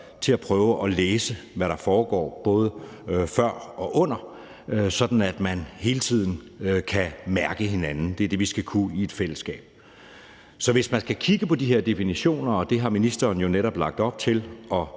til at prøve at læse, hvad der foregår, både før og under, sådan at man hele tiden kan mærke hinanden. Det er det, vi skal kunne i et fællesskab. Så hvis man skal kigge på de her definitioner – og det har ministeren jo netop lagt op til,